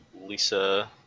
Lisa